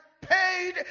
paid